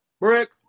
Brick